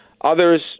Others